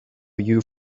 you